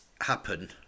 happen